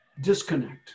disconnect